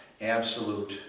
absolute